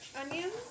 onions